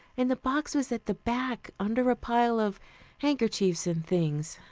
and the box was at the back, under a pile of handkerchiefs and things.